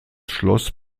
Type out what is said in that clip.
schloss